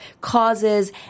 causes